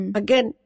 again